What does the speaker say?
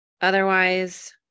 Otherwise